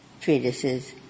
treatises